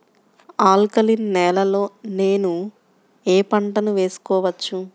Alkaline నేలలో నేనూ ఏ పంటను వేసుకోవచ్చు?